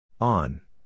On